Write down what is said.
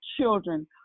children